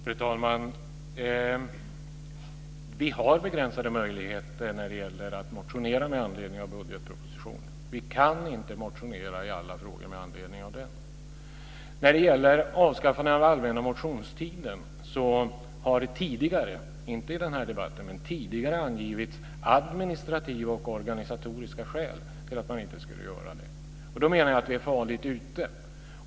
Fru talman! Vi har begränsade möjligheter att motionera med anledning av budgetpropositionen. Vi kan inte motionera i alla frågor med anledning av den. Det har tidigare - inte i denna debatt - angivits administrativa och organisatoriska skäl till att man inte skulle avskaffa allmänna motionstiden. Då är vi farligt ute.